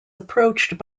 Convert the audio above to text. approached